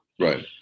Right